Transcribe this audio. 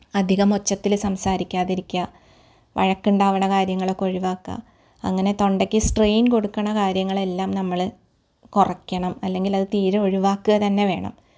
അധികം ഉച്ചത്തിൽ സംസാരിക്കാതിരിക്കുക വഴക്കുണ്ടാവുന്ന കാര്യങ്ങളൊക്കെ ഒഴിവാക്കുക അങ്ങനെ തൊണ്ടയ്ക്ക് സ്ട്രെയ്ൻ കൊടുക്കുന്ന കാര്യങ്ങളെല്ലാം നമ്മൾ കുറയ്ക്കണം അല്ലെങ്കിൽ അത് തീരെ ഒഴിവാക്കുക തന്നെ വേണം